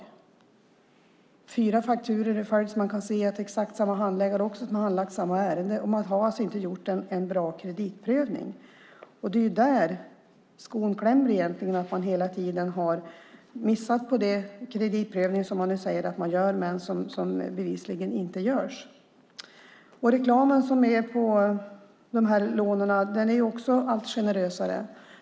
Det är fyra fakturor i följd, så att man kan se att det är exakt samma handläggare som har handlagt ärendena. Man har alltså inte gjort en bra kreditprövning. Egentligen är det där skon klämmer. Man missar kreditprövningen. Man säger att man gör en kreditprövning, men bevisligen görs det ingen sådan. Reklamen för lånen är också allt generösare.